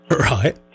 Right